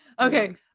Okay